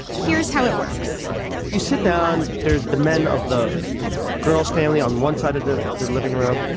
here's how it works you sit down, there's the men of the girl's family on one side of the the living room,